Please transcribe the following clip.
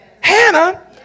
Hannah